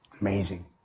amazing